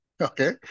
Okay